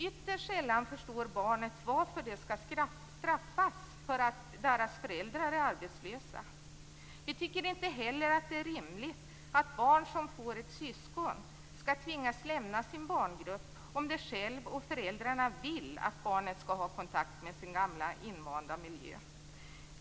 Ytterst sällan förstår barnet varför det skall straffas för att dess föräldrar är arbetslösa. Vi tycker inte heller att det är rimligt att barn som får ett syskon skall tvingas lämna sin barngrupp om barnet självt och föräldrarna vill att det skall ha kontakt med sin gamla invanda miljö.